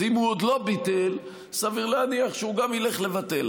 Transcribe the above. אז אם הוא עוד לא ביטל סביר להניח שהוא גם ילך לבטל,